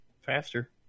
faster